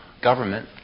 government